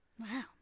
Wow